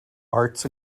arts